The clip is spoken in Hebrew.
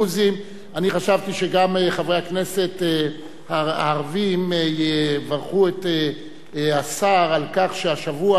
אני חשבתי שגם חברי הכנסת הערבים יברכו את השר על כך שהשבוע נתגלו